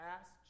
asked